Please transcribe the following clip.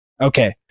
okay